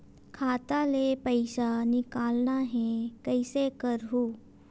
खाता ले पईसा निकालना हे, कइसे करहूं?